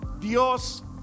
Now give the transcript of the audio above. Dios